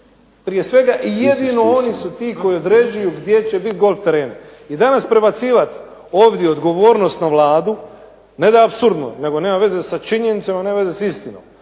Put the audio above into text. prije svega i jedino oni su ti koji određuju gdje će biti golf tereni. I danas prebacivati ovdje odgovornost na Vladu, ne da je apsurdno, nego nema veze sa činjenicama i nema veze sa istinom.